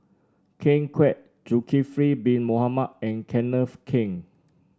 Ken Kwek Zulkifli Bin Mohamed and Kenneth Keng